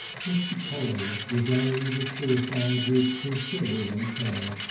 mr. polly designed his suicide with considerable care,